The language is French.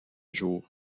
jour